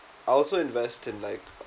I also invest in like